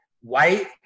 white